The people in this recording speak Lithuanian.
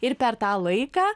ir per tą laiką